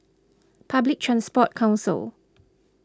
Public Transport Council